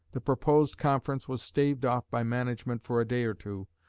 the proposed conference was staved off by management for a day or two,